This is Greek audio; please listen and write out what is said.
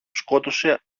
σκότωσε